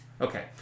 Okay